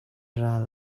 ral